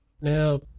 Now